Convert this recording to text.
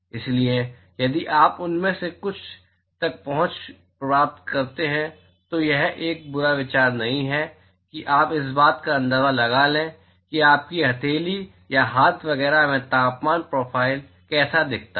इसलिए यदि आप उनमें से कुछ तक पहुँच प्राप्त करते हैं तो यह एक बुरा विचार नहीं है कि आप इस बात का अंदाजा लगा लें कि आपकी हथेली या हाथ वगैरह में तापमान प्रोफ़ाइल कैसा दिखता है